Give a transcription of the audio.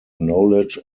knowledge